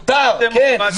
מותר, כן.